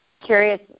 curious